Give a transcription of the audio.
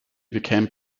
became